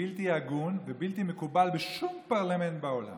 בלתי הגון ובלתי מקובל בשום פרלמנט בעולם